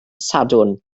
sadwrn